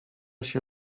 się